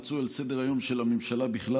הנושא מצוי על סדר-היום של הממשלה בכלל,